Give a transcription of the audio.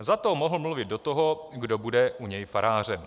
Za to mohl mluvit do toho, kdo bude u něj farářem.